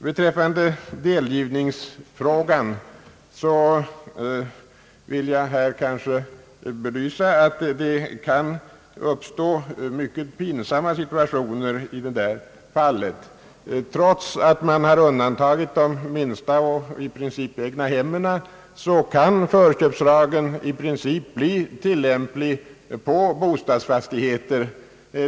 Beträffande <delgivningsfrågan = vill jag belysa de mycket pinsamma situationer som kan uppkomma. Man undantog de minsta egnahemmen från förköpslagen, men lagen kan ändå bli tilllämplig på bostadsfastigheter.